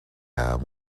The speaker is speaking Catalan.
amb